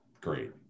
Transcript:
great